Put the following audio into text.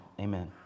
amen